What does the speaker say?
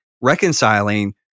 reconciling